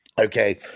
Okay